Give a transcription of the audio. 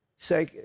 say